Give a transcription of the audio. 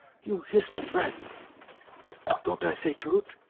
you hist friend don't i say trut'?